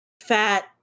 fat